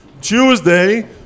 Tuesday